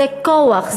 זה כוח,